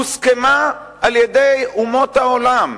הוסכמה על-ידי אומות העולם.